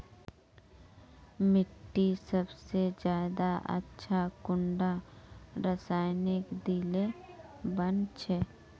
मिट्टी सबसे ज्यादा अच्छा कुंडा रासायनिक दिले बन छै?